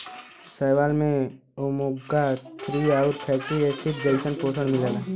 शैवाल में omega three आउर फैटी एसिड जइसन पोषण मिलला